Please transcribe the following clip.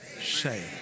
say